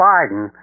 Biden